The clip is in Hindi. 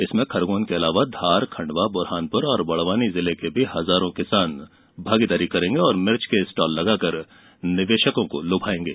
इसमें खरगोन के अलावा धार खंडवा बुरहानपुर और बड़वानी जिले के भी हजारो किसान भागीदारी करेंगे और मिर्च के स्टाल लगा कर निवेशको को लुभाएंगे